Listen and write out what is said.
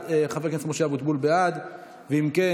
ובכן,